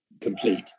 complete